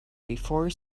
before